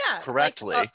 Correctly